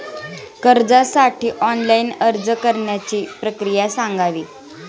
कर्जासाठी ऑनलाइन अर्ज करण्याची प्रक्रिया सांगावी